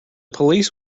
police